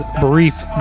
brief